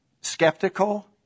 skeptical